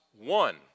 one